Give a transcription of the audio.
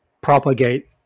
propagate